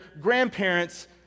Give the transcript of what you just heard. grandparents